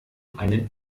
einen